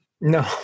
No